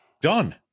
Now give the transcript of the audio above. done